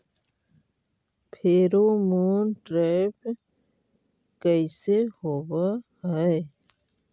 Pheromone trap कैसे होब हई?